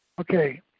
okay